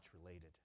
related